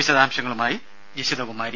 വിശദാംശങ്ങളുമായി ജഷിത കുമാരി